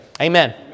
Amen